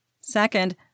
Second